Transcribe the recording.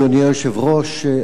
אדוני היושב-ראש,